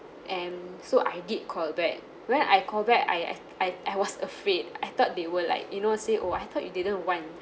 and so I did call back when I call back I I I I was afraid I thought they will like you know say oh I thought you didn't want